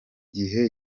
gihe